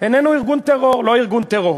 איננו ארגון טרור, לא ארגון טרור.